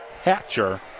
Hatcher